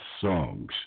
songs